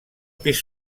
pis